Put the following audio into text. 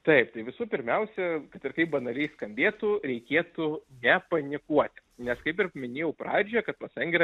taip tai visų pirmiausia kad ir kaip banaliai skambėtų reikėtų nepanikuoti nes kaip ir minėjau pradžioje kad pas angį yra